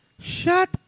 Shut